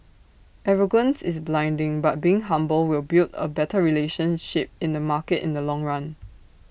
arrogance is blinding but being humble will build A better relationship in the market in the long run